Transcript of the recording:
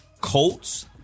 Colts